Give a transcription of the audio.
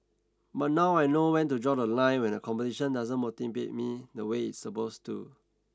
but now I know when to draw the line when the competition doesn't motivate me the way it's supposed to